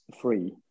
free